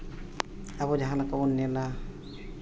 ᱟᱵᱚ ᱡᱟᱦᱟᱸ ᱞᱮᱠᱟᱵᱚᱱ ᱧᱮᱞᱟ